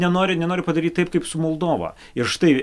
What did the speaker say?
nenori nenori padaryt taip kaip su moldova ir štai